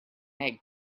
egg